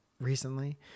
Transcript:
recently